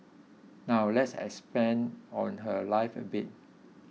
now let's expand on her life a bit